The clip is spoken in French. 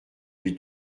lui